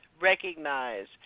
recognize